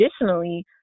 Additionally